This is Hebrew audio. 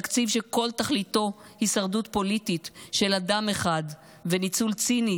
תקציב שכל תכליתו הישרדות פוליטית של אדם אחד וניצול ציני